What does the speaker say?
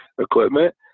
equipment